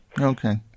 Okay